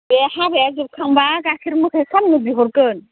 बे हाबाया जोबखांब्ला गाइखेर मोखै खालामनो बिहरगोन